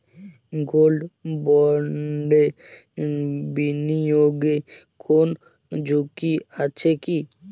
Gold বন্ডে বিনিয়োগে কোন ঝুঁকি আছে কি?